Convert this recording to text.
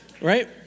Right